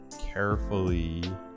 carefully